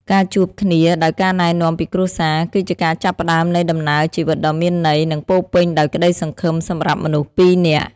ការជួបគ្នាដោយការណែនាំពីគ្រួសារ គឺជាការចាប់ផ្តើមនៃដំណើរជីវិតដ៏មានន័យ និងពោរពេញដោយក្តីសង្ឃឹមសម្រាប់មនុស្សពីរនាក់។